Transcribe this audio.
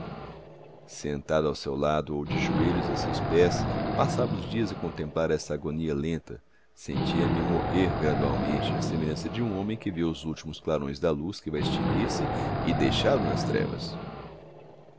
sentado ao seu lado ou de joelhos a seus pés passava os dias a contemplar essa agonia lenta sentia-me morrer gradualmente à semelhança de um homem que vê os últimos clarões da luz que vai extinguir-se e deixá-lo nas trevas